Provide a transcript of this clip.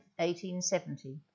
1870